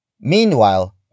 Meanwhile